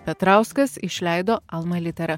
petrauskas išleido alma litera